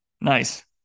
Nice